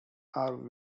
are